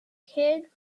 kid